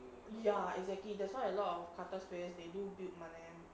ya exactly that's why a lot of karthus players they build a lot of mana